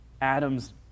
Adam's